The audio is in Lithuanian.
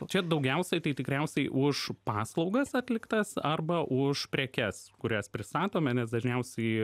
čia daugiausia tai tikriausiai už paslaugas atliktas arba už prekes kurias pristatome nes dažniausiai